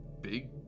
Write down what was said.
big